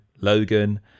Logan